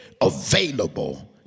available